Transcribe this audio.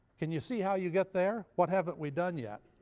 can you see how you get there? what haven't we done yet?